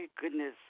goodness